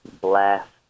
Blast